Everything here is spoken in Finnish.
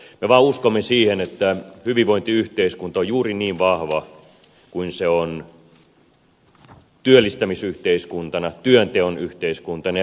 me vaan uskomme siihen että hyvinvointiyhteiskunta on juuri niin vahva kuin se on työllistämisyhteiskuntana työnteon yhteiskuntana ja yrittämisen yhteiskuntana